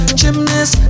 gymnast